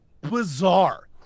bizarre